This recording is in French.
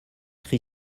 cri